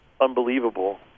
unbelievable